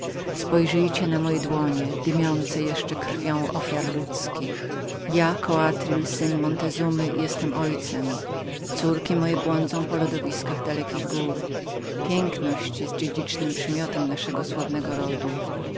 spojrzyjcie na moje dłonie dymiące jeszcze krwią ofiar ludzkich ja koatril syn mentezumymontezumy jestem ojcem córki moje błądzą po lodowiskach dalekich gór piękność jest dziedzicznym przymiotem zacnego ich rodu